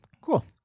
cool